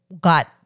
got